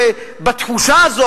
בתחושה הזאת,